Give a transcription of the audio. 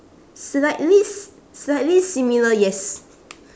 slightly s~ slightly similar yes